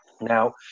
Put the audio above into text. Now